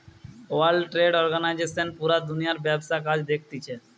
world Trade Organisation পুরা দুনিয়ার ব্যবসার কাজ দেখতিছে